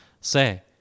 say